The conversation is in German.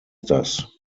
das